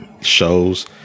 shows